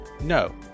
No